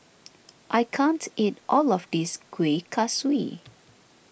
I can't eat all of this Kuih Kaswi